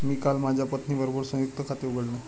मी काल माझ्या पत्नीबरोबर संयुक्त खाते उघडले